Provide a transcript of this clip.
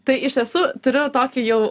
tai iš tiesų turiu tokį jau